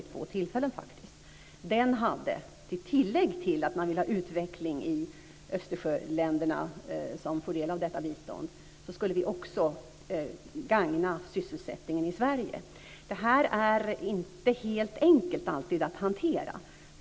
I tillägg till att man ville ha utveckling i de Östersjöländer som får del av detta bistånd skulle vi också gagna sysselsättningen i Sverige. Det här är inte alltid helt enkelt att hantera.